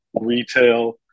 retail